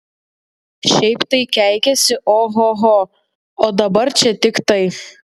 šiaip tai keikiasi ohoho o dabar čia tik tai